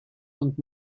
und